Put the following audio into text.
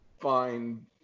find